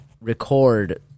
record